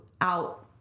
out